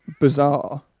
bizarre